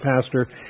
pastor